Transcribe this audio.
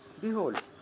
behold